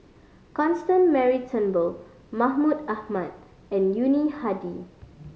Constance Mary Turnbull Mahmud Ahmad and Yuni Hadi